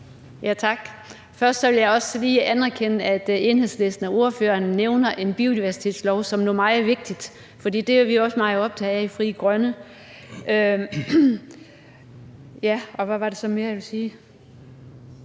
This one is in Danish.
Tak. Først vil jeg også lige anerkende, at Enhedslistens ordfører nævner en biodiversitetslov som noget meget vigtigt, for det er vi også meget optaget af i Frie Grønne. Hvad var det så mere, jeg ville sige?